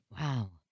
Wow